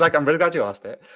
like i'm really glad you asked it.